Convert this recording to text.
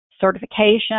Certification